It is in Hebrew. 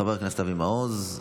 חבר הכנסת אבי מעוז.